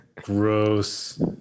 gross